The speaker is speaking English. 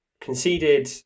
conceded